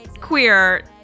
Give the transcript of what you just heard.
queer